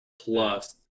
plus